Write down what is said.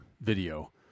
video